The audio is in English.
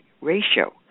ratio